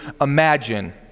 imagine